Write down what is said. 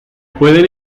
pueden